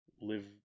live